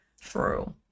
true